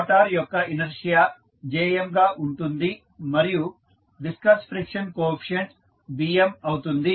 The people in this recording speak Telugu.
మోటార్ యొక్క ఇనెర్షియా Jm గా ఉంటుంది మరియు విస్కస్ ఫ్రిక్షన్ కోఎఫీసియంట్ Bm అవుతుంది